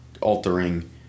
altering